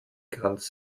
kranz